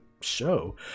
show